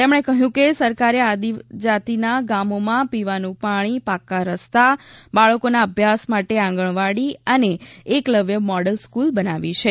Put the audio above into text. તેમણે કહ્યું કે સરકારે આદિજાતીના ગામોમાં પીવાનું પાણી પાકા રસ્તા બાળકોના અભ્યાસ માટે આંગણવાડી અને એકલવ્ય મોડલ સ્ક્રલ બનાવી છે